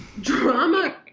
Drama